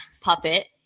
puppet